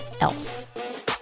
else